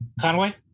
Conway